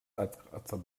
eiskratzer